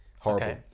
horrible